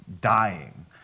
dying